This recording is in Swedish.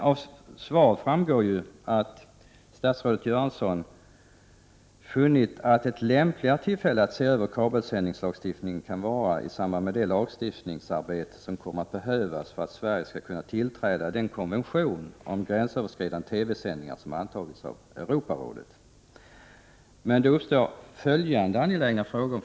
Av svaret framgår dock att statsrådet Göransson funnit att ett lämpligare tillfälle att se över kabelsändningslagstiftningen kan vara i samband med det lagstiftningsarbete som kommer att behövas för att Sverige skall kunna tillträda den konvention om gränsöverskridande TV-sändningar som har antagits av Europarådet. Avslutningsvis, herr talman, har jag följande angelägna frågor.